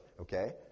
Okay